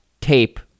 Tape